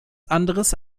anderes